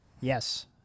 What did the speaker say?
Yes